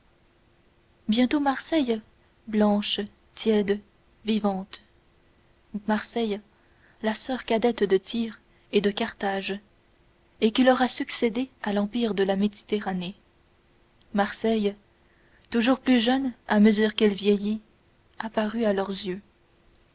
bientôt marseille blanche tiède vivante marseille la soeur cadette de tyr et de carthage et qui leur a succédé à l'empire de la méditerranée marseille toujours plus jeune à mesure qu'elle vieillit apparut à leurs yeux